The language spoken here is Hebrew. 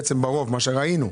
זה מה שראינו.